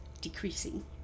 decreasing